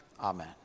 amen